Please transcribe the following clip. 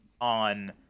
on